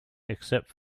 except